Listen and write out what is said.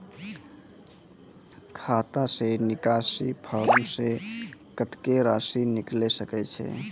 खाता से निकासी फॉर्म से कत्तेक रासि निकाल सकै छिये?